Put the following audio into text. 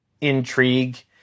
intrigue